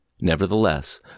Nevertheless